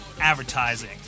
advertising